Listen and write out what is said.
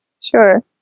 sure